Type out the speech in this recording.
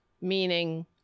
meaning